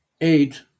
eight